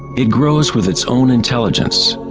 it grows with its own intelligence,